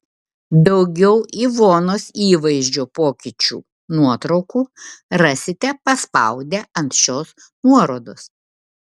daugiau ivonos įvaizdžio pokyčių nuotraukų rasite paspaudę ant šios nuorodos